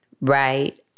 right